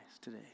today